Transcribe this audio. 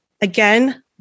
again